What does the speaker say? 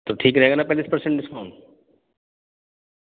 تو ٹھیک رہے گا نا پینتیس پرسینٹ ڈساؤن